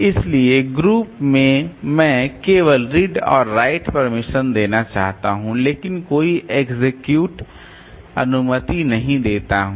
इसलिए ग्रुप में मैं केवल रीड और राइट परमिशन देना चाहता हूं लेकिन कोई एक्सेक्यूट अनुमति नहीं देता हूं